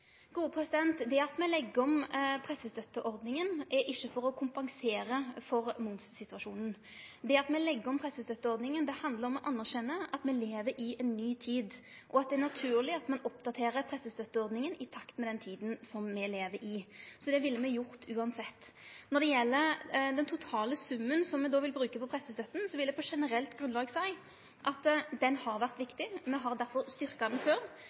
Det at me legg om pressestøtteordninga, er ikkje for å kompensere for momssituasjonen. Det at me legg om pressestøtteordninga, handlar om å anerkjenne at me lever i ei ny tid, og at det er naturleg at ein oppdaterer pressestøtteordninga i takt med den tida som me lever i. Det ville me gjort uansett. Når det gjeld den totale summen som me vil bruke på pressestøtta, vil eg på generelt grunnlag seie at pressestøtta har vore viktig. Me har derfor styrkt ho før.